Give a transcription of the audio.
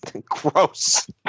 Gross